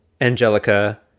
Angelica